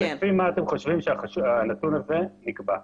לפי מה אתם חושבים שהנתון הזה נקבע?